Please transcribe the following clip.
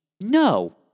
No